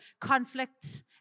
conflict